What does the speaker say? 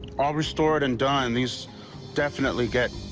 all restored and done, these definitely get